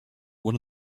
one